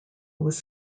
was